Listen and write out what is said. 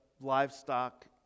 livestock